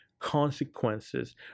consequences